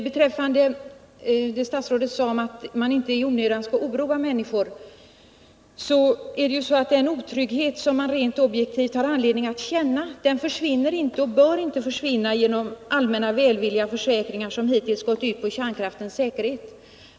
Beträffande det statsrådet sade om att man inte i onödan skall oroa människor vill jag påpeka att den otrygghet man rent objektivt har anledning att känna försvinner inte och bör inte försvinna genom allmänna välvilliga försäkringar, vilka hittills gått ut på att betona kärnkraftens säkerhet.